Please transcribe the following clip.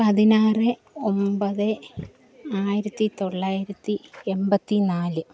പതിനാറ് ഒമ്പത് ആയിരത്തിത്തൊള്ളായിരത്തി എൺപത്തി നാല്